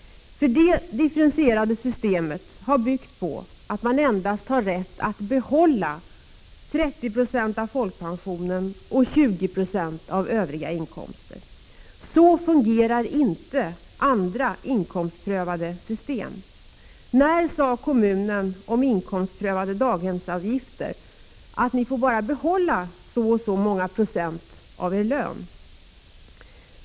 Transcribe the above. Det differentierade systemet har byggt på att man har rätt att behålla endast 30 96 av folkpensionen och 20 96 av övriga inkomster. Så fungerar inte andra inkomstprövande system. När sade kommunen om inkomstprövade daghemsavgifter att ni får bara behålla så här många procent av er lön?